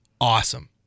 awesome